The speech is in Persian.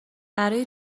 برای